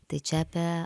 tai čia apie